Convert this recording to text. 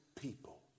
people